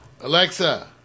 Alexa